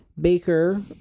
Baker